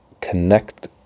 connect